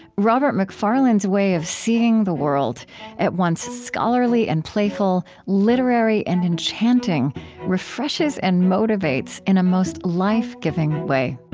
robert macfarlane's way of seeing the world at once scholarly and playful, literary and enchanting refreshes and motivates in a most life-giving way